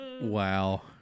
Wow